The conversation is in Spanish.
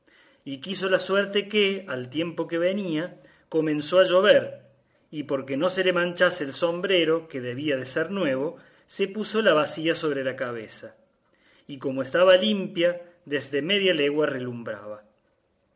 y quiso la suerte que al tiempo que venía comenzó a llover y porque no se le manchase el sombrero que debía de ser nuevo se puso la bacía sobre la cabeza y como estaba limpia desde media legua relumbraba